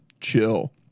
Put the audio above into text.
chill